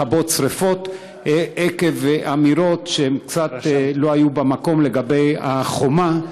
לכבות שרפות עקב אמירות שקצת לא היו במקום לגבי החומה.